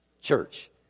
church